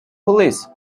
police